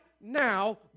now